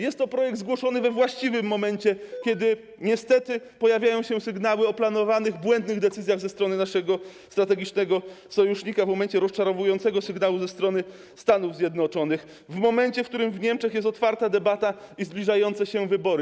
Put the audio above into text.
Jest to projekt zgłoszony we właściwym momencie, kiedy niestety pojawiają się sygnały o planowanych błędnych decyzjach ze strony naszego strategicznego sojusznika, w momencie rozczarowującego sygnału ze strony Stanów Zjednoczonych, w momencie, w którym w Niemczech jest otwarta debata i zbliżają się wybory.